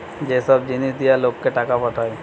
যে সব জিনিস দিয়া লোককে টাকা পাঠায়